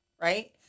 right